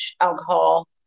alcohol